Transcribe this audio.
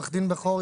עו"ד בכור,